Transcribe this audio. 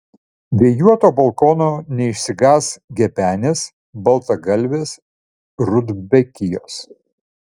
vėjuoto balkono neišsigąs gebenės baltagalvės rudbekijos